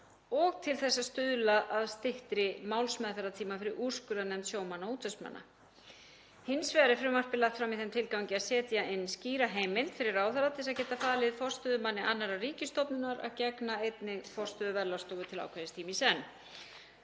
og til þess að stuðla að styttri málsmeðferðartíma fyrir úrskurðarnefnd sjómanna og útvegsmanna. Hins vegar er frumvarpið lagt fram í þeim tilgangi að setja inn skýra heimild fyrir ráðherra til að geta falið forstöðumanni annarrar ríkisstofnunar að gegna einnig forstöðu Verðlagsstofu til ákveðins tíma í senn.